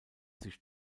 sich